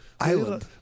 island